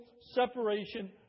separation